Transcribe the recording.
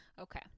Okay